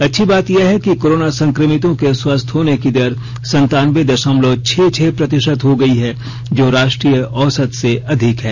अच्छी बात यह है कि कोरोना संकमितों के स्वस्थ होने की दर संतानवें दशमलव छह छह प्रतिशत हो गई है जो राष्ट्रीय औसत से अधिक है